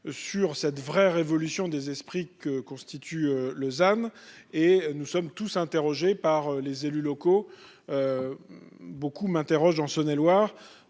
Sur cette vraie révolution des esprits que constitue Lausanne et nous sommes tous interrogé par les élus locaux. Beaucoup m'interroge en Saone-et-Loire.